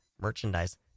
merchandise